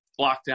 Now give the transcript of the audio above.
lockdown